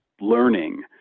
learning